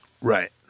Right